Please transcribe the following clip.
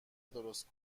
درست